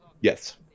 Yes